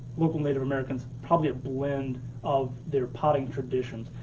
local native americans, probably a blend of their potting traditions.